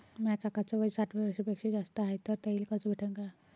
माया काकाच वय साठ वर्षांपेक्षा जास्त हाय तर त्याइले कर्ज भेटन का?